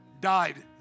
died